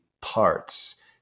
parts